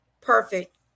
Perfect